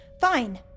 Fine